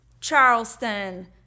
Charleston